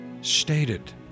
stated